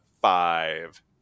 five